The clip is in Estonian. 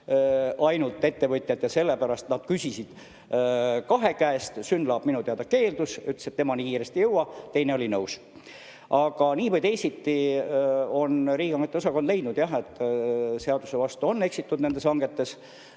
ainult kaks ettevõtjat ja sellepärast nad küsisid kahe käest. Synlab minu teada keeldus, ütles, et tema nii kiiresti ei jõua, teine oli nõus. Aga nii või teisiti on riigihangete osakond leidnud, et seaduse vastu on eksitud nendes hangetes,